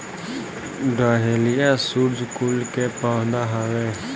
dahlia सूर्यकुल के पौधा हवे